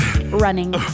Running